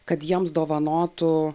kad jiems dovanotų